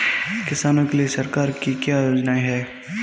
किसानों के लिए सरकार की क्या योजनाएं हैं?